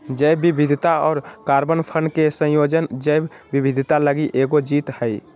जैव विविधता और कार्बन फंड के संयोजन जैव विविधता लगी एगो जीत हइ